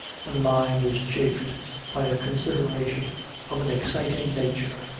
when the mind is chafed by a consideration of an exciting nature.